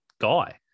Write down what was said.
guy